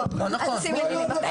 מסכימה, אל תכניס לי מילים לפה.